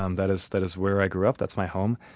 um that is that is where i grew up, that's my home.